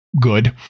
good